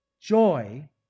Joy